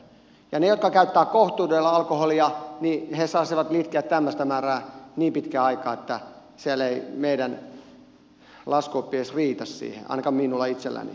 ja ne jotka käyttävät kohtuudella alkoholia saisivat litkiä tämmöistä määrää niin pitkän aikaa että meidän laskuoppimme ei edes riitä siihen ainakaan minulla itselläni